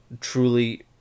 truly